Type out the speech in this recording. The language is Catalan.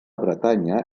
bretanya